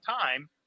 time